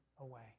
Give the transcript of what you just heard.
away